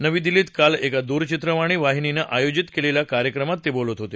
नवी दिल्लीत काल एका दूरचित्रवाणी वाहिनीन आयोजित केलेल्या कार्यक्रमात ते बोलत होते